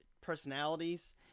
personalities